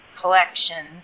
collection